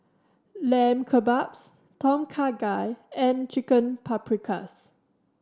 Lamb Kebabs Tom Kha Gai and Chicken Paprikas